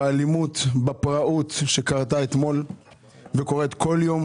בהתייחסות לאלימות ולפראות שקרתה אתמול וקורית בכל יום.